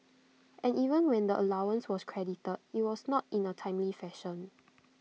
and even when the allowance was credited IT was not in A timely fashion